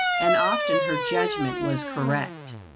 and often her judgment was correct.